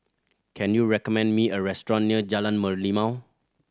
can you recommend me a restaurant near Jalan Merlimau